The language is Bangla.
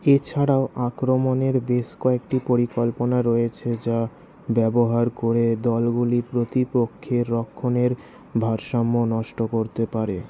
এছাড়াও আক্রমণের বেশ কয়েকটি পরিকল্পনা রয়েছে যা ব্যবহার করে দলগুলি প্রতিপক্ষের রক্ষণের ভারসাম্য নষ্ট করতে পারে